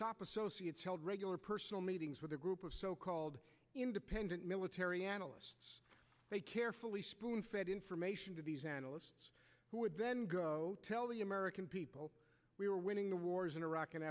top associates held regular personal meetings with a group of so called independent military analysts they carefully spoon fed information to these analysts who would then tell the american people we were winning the wars in iraq and